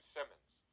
Simmons